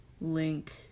link